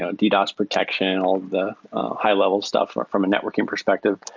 ah ddos protection, all the high-level stuff from a networking perspective,